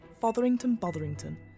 Fotherington-Botherington